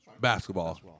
Basketball